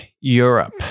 Europe